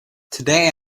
today